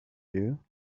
you